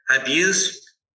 abuse